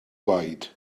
gwaed